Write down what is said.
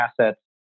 assets